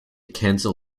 cancel